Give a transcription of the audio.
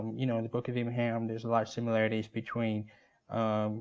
you know in the book of abraham, there's a lot of similarities between